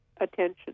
attention